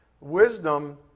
Wisdom